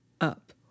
up